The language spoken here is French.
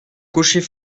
cocher